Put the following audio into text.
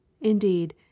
Indeed